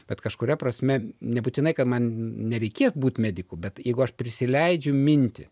bet kažkuria prasme nebūtinai kad man nereikėtų būti mediku bet jeigu aš prisileidžiu mintį